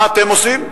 מה אתם עושים?